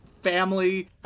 family